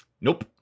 nope